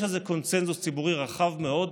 יש על זה קונסנזוס ציבורי רחב מאוד,